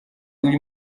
uyu